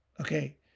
Okay